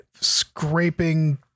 scraping